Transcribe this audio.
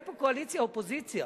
אין פה קואליציה אופוזיציה,